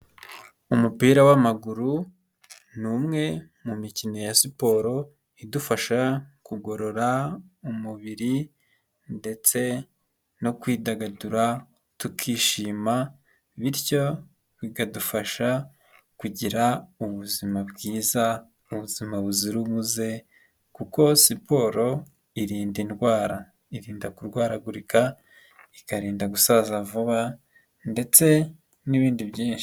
Amupira w'amaguru, ni umwe mu mikino ya siporo idufasha kugorora umubiri ndetse no kwidagadura, tukishima bityo bikadufasha kugira ubuzima bwiza ubuzima buzira umuze kuko siporo irinda indwara, irinda kurwaragurika, ikarinda gusaza vuba ndetse n'ibindi byinshi.